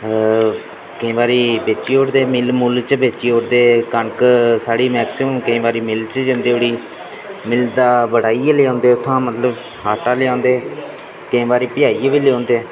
ते केईं बारी बेची ओड़दे न मिल्ल मुल्ल च बेची ओड़दे कनक साढी मैक्सिमम मिल्ल च जंदी उठी मिल्ल दा बटाइयै लेहांदे उत्थूं मतलब आटा लेहांदे केईं बारी पिहाइयै बी लेहांदे